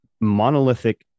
monolithic